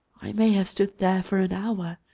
i may have stood there for an hour,